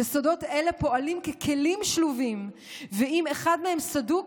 יסודות אלה פועלים ככלים שלובים, ואם אחד מהם סדוק